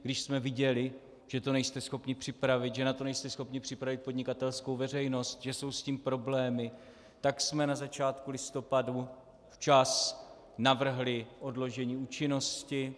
Když jsme viděli, že to nejste schopni připravit, že na to nejste schopni připravit podnikatelskou veřejnost, že jsou s tím problémy, tak jsme na začátku listopadu včas navrhli odložení účinnosti.